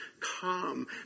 come